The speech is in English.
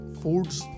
foods